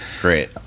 Great